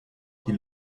die